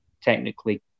technically